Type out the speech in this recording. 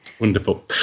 Wonderful